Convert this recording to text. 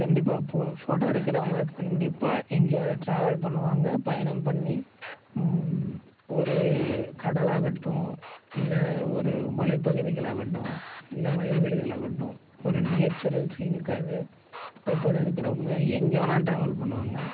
கண்டிப்பாக ஃபோட்டோ எடுக்கிறவங்க கண்டிப்பாக எங்கேயாவது டிராவல் பண்ணுவாங்க பயணம் பண்ணி ஒரு கடல் ஆகட்டும் இல்லை ஒரு மலைப்பகுதிகள் ஆகட்டும் இல்லை வயல்வெளிகள் ஆகட்டும் ஒரு நேச்சுரல் சீனுக்காக போய் படம் எடுக்கிறவங்க எங்கே வேணா டிராவல் பண்ணுவாங்க